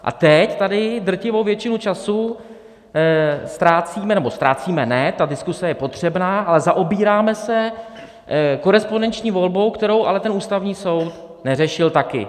A teď tady drtivou většinu času ztrácíme, nebo ztrácíme ne, ta diskuse je potřebná, ale zaobíráme se korespondenční volbou, kterou ale Ústavní soud neřešil taky.